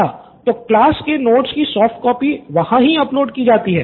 student २ तो class के notes की सॉफ्ट कॉपी वहाँ ही अपलोड की जाती है